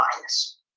bias